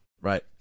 Right